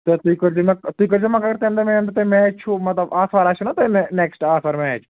تہٕ تُہۍ کٔرۍزیٚو مےٚ تُہۍ کٔرۍزیٚو مےٚ مگر تَمہِ دۄہ ییٚمہِ دۅہ تۅہہِ میچ چھُو مطلب آتھوار آسِو نا تۄہہِ نےٚ نٮ۪کٔسٹ آتھوار میچ